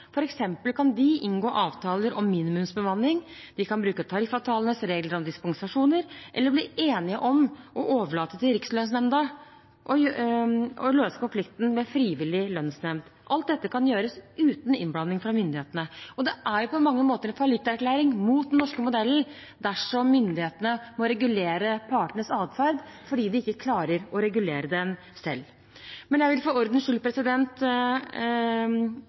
f.eks. kan de inngå avtaler om minimumsbemanning, de kan bruke tariffavtalenes regler om dispensasjoner eller bli enige om å overlate til Rikslønnsnemnda å løse konflikten med frivillig lønnsnemnd. Alt dette kan gjøres uten innblanding fra myndighetene. Og det er på mange måter en fallitterklæring mot den norske modellen dersom myndighetene må regulere partenes atferd fordi de ikke klarer å regulere den selv. Men jeg vil for ordens skyld